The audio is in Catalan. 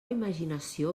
imaginació